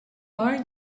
are